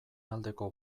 aldeko